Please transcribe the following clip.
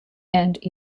and